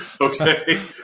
Okay